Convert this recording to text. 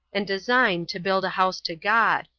and design to build a house to god,